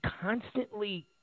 constantly